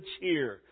cheer